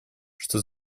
что